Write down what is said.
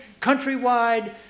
countrywide